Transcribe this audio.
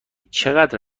چقدر